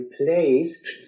replaced